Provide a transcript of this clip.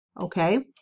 okay